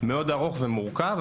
מאוד ארוך ומורכב,